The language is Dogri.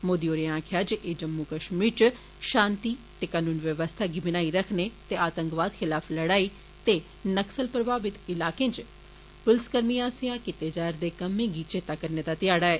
मोदी होरें आक्खेआ जे जम्मू कश्मीर च शांति ते कानून व्यवस्था गी बनाई रक्खने ते आतंकवाद खिलाफ लड़ाई ते नकसल प्रभावित इलाके च उन्दे आस्सेआ कीते जारदे कम्मै गी चेता करने दा ध्याढ़ा ऐ